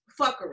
fuckery